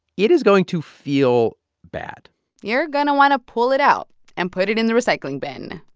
it is going to feel bad you're going to want to pull it out and put it in the recycling bin.